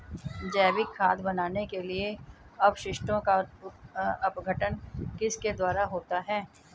जैविक खाद बनाने के लिए अपशिष्टों का अपघटन किसके द्वारा होता है?